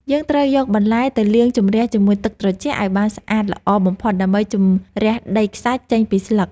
យើងត្រូវយកបន្លែទៅលាងជម្រះជាមួយទឹកត្រជាក់ឱ្យបានស្អាតល្អបំផុត ដើម្បីជម្រះដីខ្សាច់ចេញពីស្លឹក។